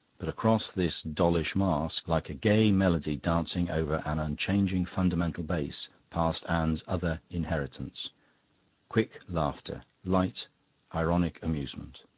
but across this dollish mask, like a gay melody dancing over an unchanging fundamental bass, passed anne's other inheritance quick laughter, light ironic amusement,